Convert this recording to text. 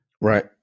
Right